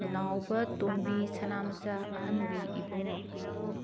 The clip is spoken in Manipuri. ꯅꯥꯎꯕ ꯇꯣꯝꯕꯤ ꯁꯅꯥꯃꯆꯥ ꯑꯍꯟꯕꯤ ꯏꯕꯨꯡꯉꯣ